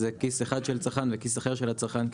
זה כיס אחד של צרכן וכיס אחר של הצרכן,